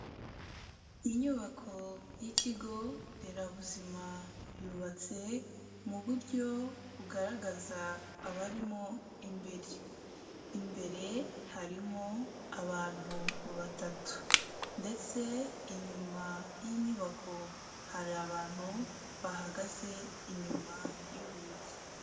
Inyubako y'ikigo nderabuzima yubatse mu buryo bugaragaza abarimo imbere, imbere harimo abantu batatu ndetse inyuma y'inyubako hari abantu bahagaze inyuma y'urugi.